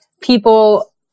People